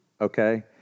okay